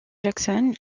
jackson